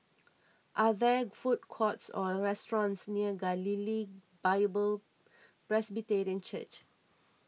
are there food courts or restaurants near Galilee Bible Presbyterian Church